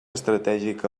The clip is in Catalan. estratègica